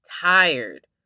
tired